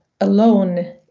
alone